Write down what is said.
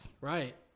right